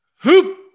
Hoop